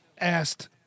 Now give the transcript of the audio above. asked